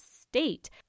state